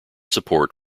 support